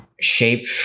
shape